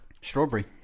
Strawberry